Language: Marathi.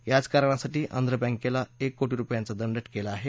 याच कारणासाठी आंध्र बँकेला एक कोटी रुपयांचा दंड केला आहे